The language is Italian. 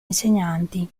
insegnanti